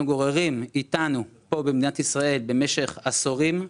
גוררים איתנו פה במדינת ישראל במשך עשורים,